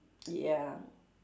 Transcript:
ya